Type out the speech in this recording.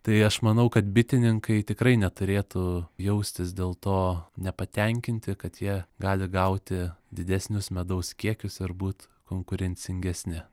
tai aš manau kad bitininkai tikrai neturėtų jaustis dėl to nepatenkinti kad jie gali gauti didesnius medaus kiekius ar būt konkurencingesni